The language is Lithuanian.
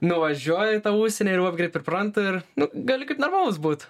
nuvažiuoji į tą užsienį ir labai greit pripranti ir gali kaip normalus būt